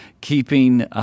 keeping